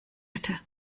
hätte